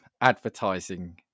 advertising